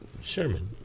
Sherman